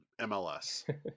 MLS